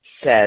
says